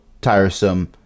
tiresome